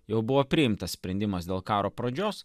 jau buvo priimtas sprendimas dėl karo pradžios